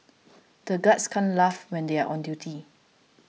the guards can't laugh when they are on duty